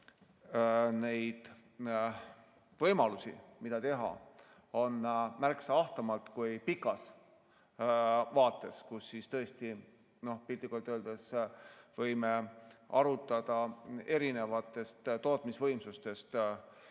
neid võimalusi, mida teha, on märksa ahtamalt kui pikas vaates, kui piltlikult öeldes võime arutada erinevaid tootmisvõimsusi,